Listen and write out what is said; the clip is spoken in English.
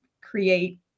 create